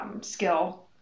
skill